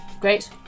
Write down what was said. Great